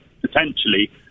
potentially